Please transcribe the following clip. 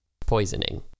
Poisoning